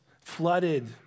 flooded